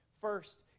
First